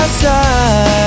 side